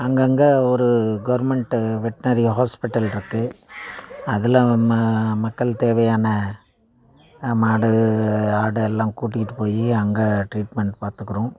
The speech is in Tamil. அங்கங்கே ஒரு கவர்மெண்ட்டு வெட்னரி ஹாஸ்பிட்டல் இருக்குது அதில் நம்ம மக்கள் தேவையான மாடு ஆடெல்லாம் கூட்டிக்கிட்டு போய் அங்கே ட்ரீட்மெண்ட் பார்த்துக்கறோம்